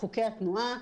חוקי התנועה,